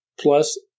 Plus